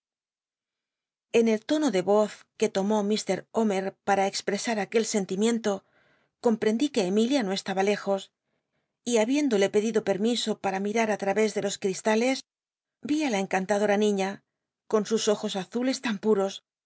exen el tono de voz qu e l pcsa aquel scnt imicnto comprendí que emilia a no estaba lejos y habiéndole pedido permiso para mirar á través de los cristalc vi á la cncantado niña con sus ojos azules tan puros